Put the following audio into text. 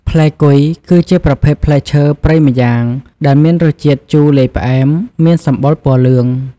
ផ្លែគុយ គឺជាប្រភេទផ្លែឈើព្រៃម្យ៉ាងដែលមានរសជាតិជូរលាយផ្អែម មានសម្បុរពណ៌លឿង។